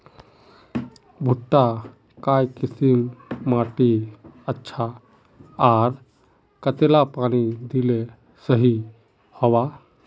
भुट्टा काई किसम माटित अच्छा, आर कतेला पानी दिले सही होवा?